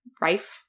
rife